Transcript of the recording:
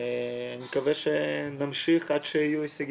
אני מקווה שנמשיך עד שיהיו הישגים.